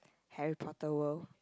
Harry-Potter world